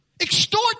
Extort